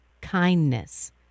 kindness